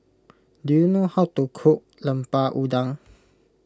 do you know how to cook Lemper Udang